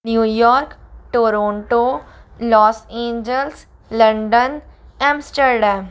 New York Toronto Los Angeles London Amsterdam